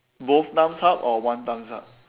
both thumbs up or one thumbs up